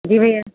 जी भैया